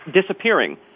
disappearing